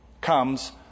comes